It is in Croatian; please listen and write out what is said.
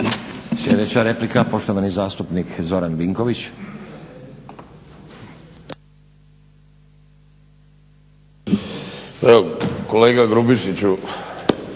Sljedeća replika, poštovani zastupnik Zoran Vinković. **Vinković,